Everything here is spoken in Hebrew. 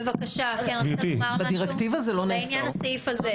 בדירקטיבה זה לא נאסר.